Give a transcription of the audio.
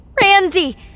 Randy